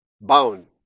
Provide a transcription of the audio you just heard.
bound